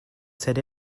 set